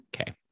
Okay